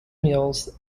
meals